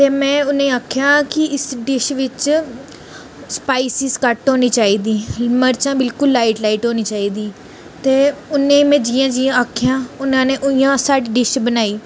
ते में उ'नें गी आखेआ कि इस डिश बिच्च स्पाइसस घट्ट होनी चाहिदी मरचां बिलकुल लाइट लाइट होनी चाहिदी ते उ'नें गी में जियां जियां आखेआ उ'न्नै न उ'यां साढ़ी डिश बनाई